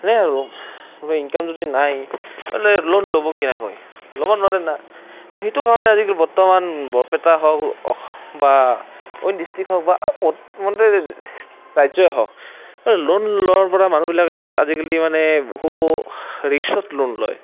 সেই আৰু ইনকাম যদি নাই লোন ল'ব কেনেকৈ ল'ব নোৱাৰে না সেইটো কাৰণে আজিকালি বৰ্তমান বৰপেটা হওক বা অইন ডিষ্ট্ৰিক হওক বা ৰাজ্যই হওক লোন লোৱাৰ পৰা মানুহবিলাক আজিকালি মানে বহু ৰিক্সত লোন লয়